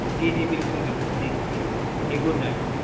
جی جی بالکل بالکل جی جی ٹھیک ٹھیک گڈ نائٹ سر